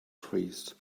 trees